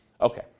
Okay